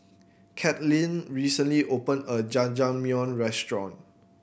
Cathleen recently opened a Jajangmyeon Restaurant